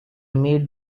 made